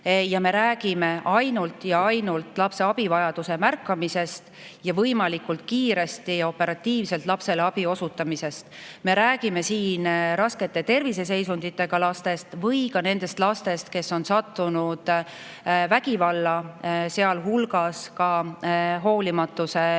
Me räägime ainult lapse abivajaduse märkamisest ja võimalikult kiiresti ja operatiivselt lapsele abi osutamisest. Me räägime siin raske terviseseisundiga lastest ja ka nendest lastest, kes on sattunud vägivalla, sealhulgas ka hoolimatuse ohvriks.Me